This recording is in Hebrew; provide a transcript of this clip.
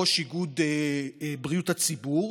ראש איגוד בריאות הציבור,